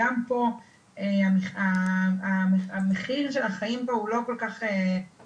גם פה המחיר של החיים הוא לא כל כך זול.